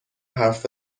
حرف